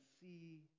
see